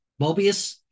Mobius